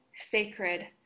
sacred